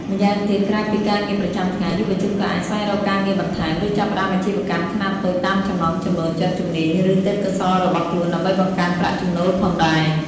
ម្យ៉ាងទៀត ក្រៅពីការងារប្រចាំថ្ងៃ យុវជនក៏អាចស្វែងរកការងារបន្ថែម ឬចាប់ផ្តើមអាជីវកម្មខ្នាតតូចតាមចំណង់ចំណូលចិត្ត ជំនាញ ឬទេពកោសល្យរបស់ខ្លួន ដើម្បីបង្កើនប្រាក់ចំណូលផងដែរ។